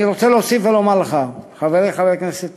אני רוצה להוסיף ולומר לך, חברי חבר הכנסת